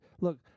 Look